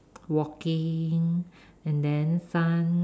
walking and then sun uh